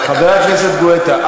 חבר הכנסת גואטה,